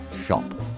shop